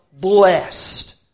blessed